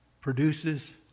produces